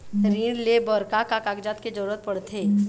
ऋण ले बर का का कागजात के जरूरत पड़थे?